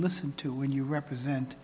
listen to when you represent